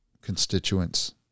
constituents